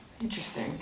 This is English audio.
Interesting